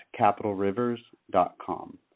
capitalrivers.com